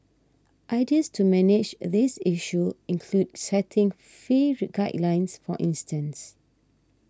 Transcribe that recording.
ideas to manage this issue include setting fee re guidelines for instance